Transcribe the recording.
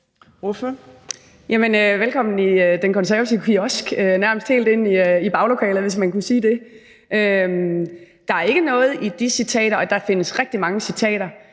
(KF): Velkommen i den konservative kiosk, nærmest helt ind i baglokalet, hvis man kunne sige det. Der er ikke noget i de citater – og der findes rigtig mange citater